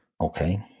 Okay